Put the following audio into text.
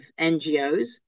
NGOs